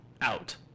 Out